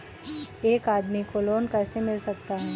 एक आदमी को लोन कैसे मिल सकता है?